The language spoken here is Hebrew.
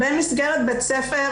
במסגרת בית ספר,